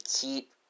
keep